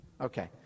Okay